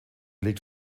liegt